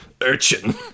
urchin